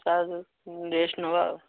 ତା ଯୋଗୁ ରେଷ୍ଟ୍ ନେବା ଆଉ